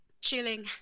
chilling